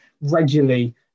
regularly